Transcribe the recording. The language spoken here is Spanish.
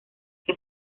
que